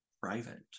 private